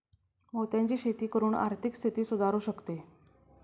मोत्यांची शेती करून आर्थिक स्थिती सुधारु शकते